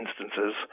instances